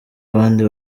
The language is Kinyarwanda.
abandi